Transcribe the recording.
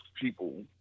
people